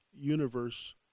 universe